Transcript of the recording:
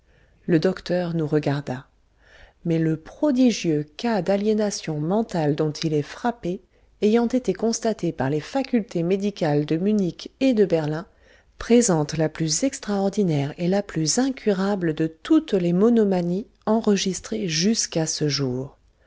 le docteur nous regarda mais le prodigieux cas d'aliénation mentale dont il est frappé ayant été constaté par les facultés médicales de munich et de berlin présente la plus extraordinaire et la plus incurable de toutes les monomanies enregistrées jusqu'à ce jour